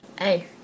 Hey